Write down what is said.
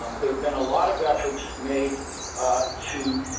um there'd been a lot of efforts made to